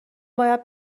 باید